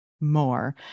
more